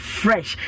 fresh